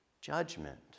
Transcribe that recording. judgment